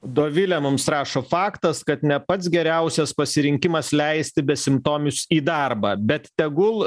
dovilė mums rašo faktas kad ne pats geriausias pasirinkimas leisti besimptomius į darbą bet tegul